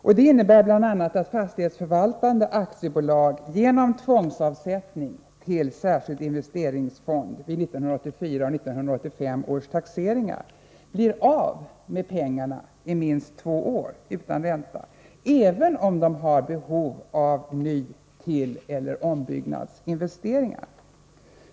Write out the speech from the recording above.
Detta innebär bl.a. att fastighetsförvaltande aktiebolag genom tvångsavsättning till den särskilda investeringsfonden vid 1984 och 1985 års taxeringar blir av med pengarna under minst två år utan att erhålla ränta, även om de har behov av att göra investeringar för ny-, tilleller ombyggnader.